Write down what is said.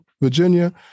Virginia